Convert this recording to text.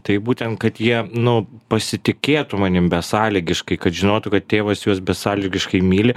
tai būtent kad jie nu pasitikėtų manim besąlygiškai kad žinotų kad tėvas juos besąlygiškai myli